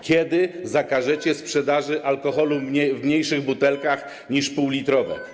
Kiedy zakażecie sprzedaży alkoholu w mniejszych butelkach niż półlitrowe?